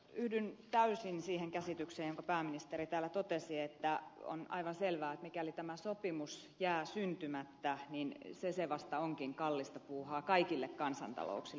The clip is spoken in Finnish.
yhdyn täysin siihen käsitykseen jonka pääministeri täällä totesi että on aivan selvää että mikäli tämä sopimus jää syntymättä niin se se vasta onkin kallista puuhaa kaikille kansantalouksille